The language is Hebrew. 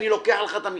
אני לוקח לך את המכסה.